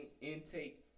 intake